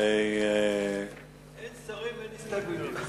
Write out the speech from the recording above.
אין שרים, אין הסתייגויות.